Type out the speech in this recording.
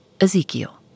Ezekiel